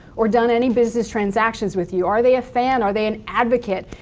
or done any business transactions with you. are they a fan, are they an advocate?